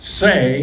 say